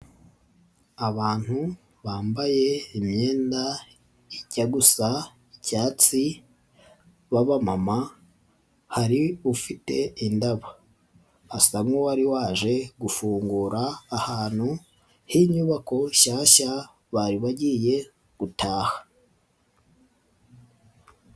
Abantu bambaye imyenda ijya gusa icyatsi b'abamama hari ufite indabo asa n'uwari waje gufungura ahantu h'inyubako nshyashya bari bagiye gutaha.